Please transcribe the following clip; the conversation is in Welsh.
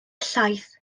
llaeth